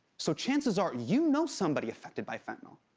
so chances are you know somebody affected by fentanyl.